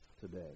today